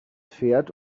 pferd